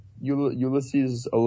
Ulysses